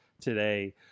today